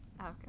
Okay